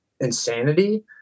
insanity